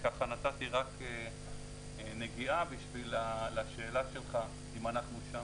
נתתי רק נגיעה לשאלה שלך אם אנחנו שם.